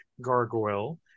gargoyle